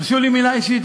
תרשו לי מילה אישית.